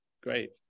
great